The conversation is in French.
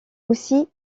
aussi